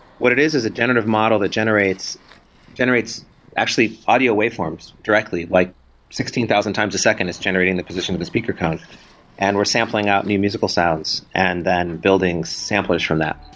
what it is is a generative model that generates generates actually audio waveforms directly, like sixteen thousand times a second is generating the position of a speaker cone and we're sampling out new musical sounds and then building samplers from that,